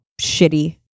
shitty